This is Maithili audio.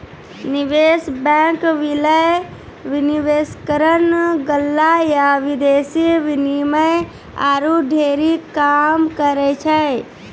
निवेश बैंक, विलय, विनिवेशकरण, गल्ला या विदेशी विनिमय आरु ढेरी काम करै छै